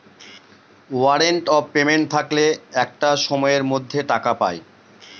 warrant of payment থাকলে একটা সময়ের মধ্যে টাকা পায়